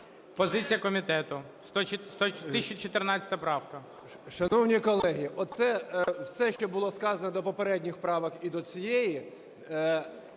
Позиція комітету, 183 правка.